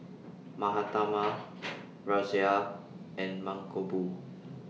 Mahatma Razia and Mankombu